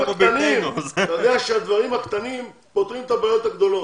אתה יודע שהדברים הקטנים פותרים את הבעיות הגדולות.